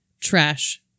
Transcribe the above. trash